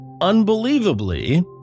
unbelievably